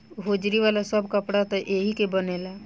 hosiery वाला सब कपड़ा त एही के बनेला